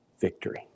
victory